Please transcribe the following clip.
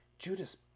Judas